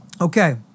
Okay